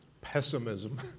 pessimism